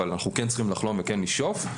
אבל אנחנו כן צריכים לחלום וכן לשאוף.